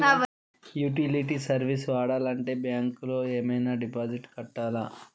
Utility service వాడాలంటే bank లో ఏమైనా డిపాజిట్ కట్టాలా?